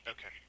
Okay